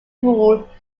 rule